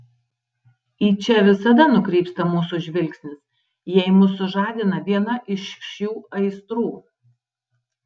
į čia visada nukrypsta mūsų žvilgsnis jei mus sužadina viena iš šių aistrų